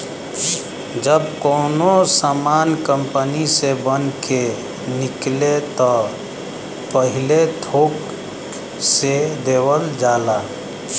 जब कउनो सामान कंपनी से बन के निकले त पहिले थोक से देवल जाला